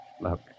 Look